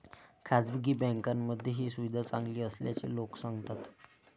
खासगी बँकांमध्ये ही सुविधा चांगली असल्याचे लोक सांगतात